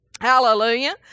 Hallelujah